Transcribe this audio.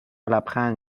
لبخند